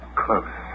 close